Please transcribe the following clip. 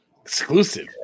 Exclusive